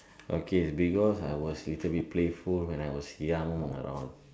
okay because I was little playful when I was young and all